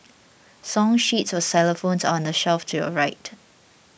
song sheets for xylophones are on the shelf to your right